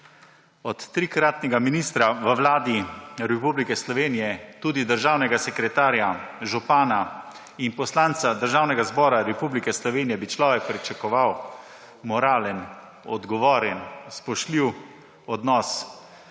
od trikratnega ministra v Vladi Republike Slovenije, tudi državnega sekretarja, župana in poslanca Državnega zbora Republike Slovenije bi človek pričakoval moralen, odgovoren, spoštljiv odnos